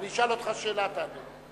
אני אשאל אותך שאלה, תענה.